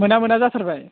मोना मोना जाथारबाय